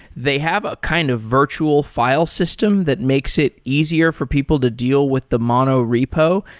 they have a kind of virtual file system that makes it easier for people to deal with the mono-repo,